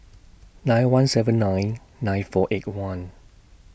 nine one seven nine nine four eight one